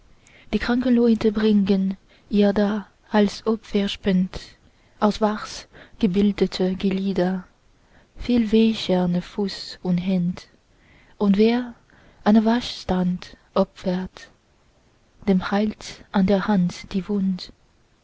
die kranken leute bringen ihr dar als opferspend aus wachs gebildete glieder viel wächserne füß und händ und wer eine wachshand opfert dem heilt an der hand die wund